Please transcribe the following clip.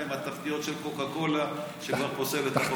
עם התחתיות של קוקה-קולה שפוסל את החוק.